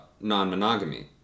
non-monogamy